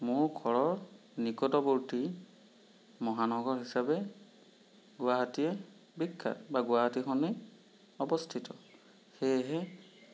মোৰ ঘৰৰ নিকটৱৰ্তী মহানগৰ হিচাপে গুৱাহাটীয়ে বিখ্যাত বা গুৱাহাটীখনেই অৱস্থিত সেয়েহে